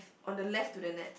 on the left to the net